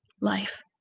life